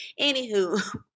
anywho